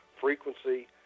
frequency